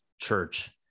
church